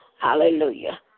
Hallelujah